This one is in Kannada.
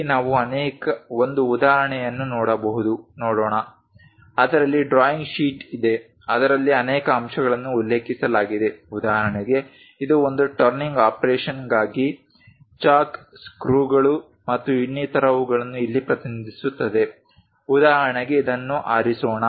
ಇಲ್ಲಿ ನಾವು ಒಂದು ಉದಾಹರಣೆಯನ್ನು ನೋಡೋಣ ಅದರಲ್ಲಿ ಡ್ರಾಯಿಂಗ್ ಶೀಟ್ ಇದೆ ಅದರಲ್ಲಿ ಅನೇಕ ಅಂಶಗಳನ್ನು ಉಲ್ಲೇಖಿಸಲಾಗಿದೆ ಉದಾಹರಣೆಗೆ ಇದು ಒಂದು ಟರ್ನಿಂಗ್ ಆಪರೇಷನ್ಗಾಗಿ ಚಾಕ್ ಸ್ಕ್ರೂಗಳು ಮತ್ತು ಇನ್ನಿತರವುಗಳನ್ನು ಇಲ್ಲಿ ಪ್ರತಿನಿಧಿಸುತ್ತದೆ ಉದಾಹರಣೆಗೆ ಇದನ್ನು ಆರಿಸೋಣ